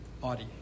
body